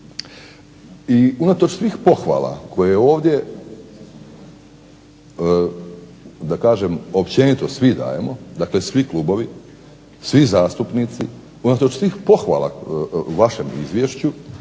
I unatoč svih pohvala koje ovdje da kažem općenito svi dajemo, dakle svi klubovi, svi zastupnici, unatoč svih pohvala vašem izvješću